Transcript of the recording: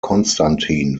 constantin